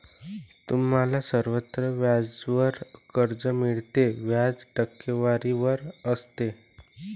आम्हाला सर्वत्र व्याजावर कर्ज मिळते, व्याज टक्केवारीवर असते